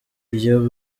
iyo